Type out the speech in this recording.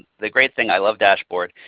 the great thing i love dashboard.